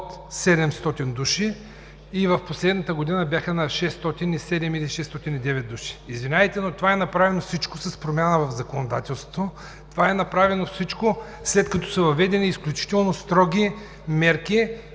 под 700 души и в последната година бяха на 607 или 609 души. Извинявайте, но всичко това е направено с промяна в законодателството, всичко това е направено, след като са въведени изключително строги мерки